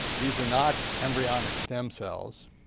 these are not embryonic stem cells.